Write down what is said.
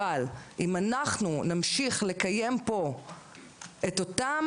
אבל אם אנחנו נמשיך לקיים פה את אותם